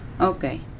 Okay